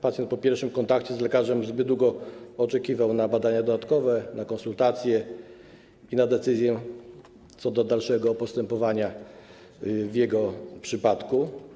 Pacjent po pierwszym kontakcie z lekarzem zbyt długo oczekiwał na badania dodatkowe, na konsultacje i na decyzję, co do dalszego postępowania w jego przypadku.